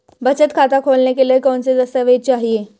बचत खाता खोलने के लिए कौनसे दस्तावेज़ चाहिए?